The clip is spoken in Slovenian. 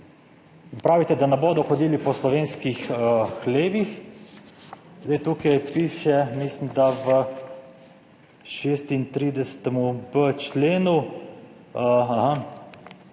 Pravite, da ne bodo hodili po slovenskih hlevih, zdaj tukaj piše, mislim, da v 36.b členu: »Ta